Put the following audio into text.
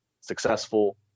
successful